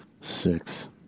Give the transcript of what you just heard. Six